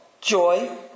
joy